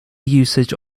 usage